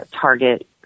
target